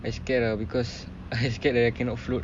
I scared lah because I scared that I cannot float